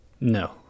No